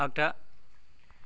आग्दा